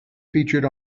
featured